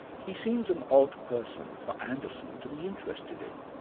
he seems an odd person for anderson to be interested in.